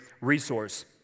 resource